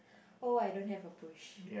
oh I don't have a push